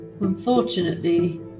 unfortunately